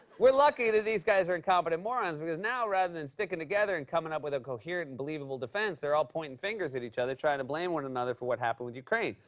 we're lucky that these guys are incompetent morons because now rather than sticking together and coming up with a coherent and believable defense, they're all pointing fingers at each other, trying to blame one another for what happened with ukraine.